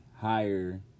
higher